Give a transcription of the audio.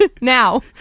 Now